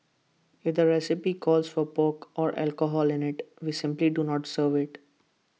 if the recipe calls for pork or alcohol in IT we simply do not serve IT